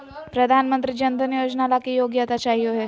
प्रधानमंत्री जन धन योजना ला की योग्यता चाहियो हे?